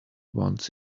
ones